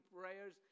prayers